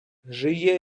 жиє